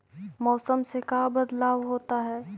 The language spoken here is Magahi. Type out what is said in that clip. मौसम से का बदलाव होता है?